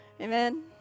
Amen